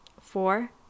four